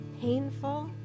painful